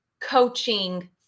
coaching